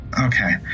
Okay